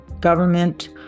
Government